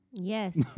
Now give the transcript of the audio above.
Yes